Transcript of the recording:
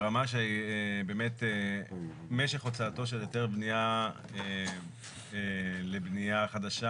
ברמה שבאמת משך הוצאתו של היתר בנייה לבנייה חדשה